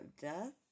death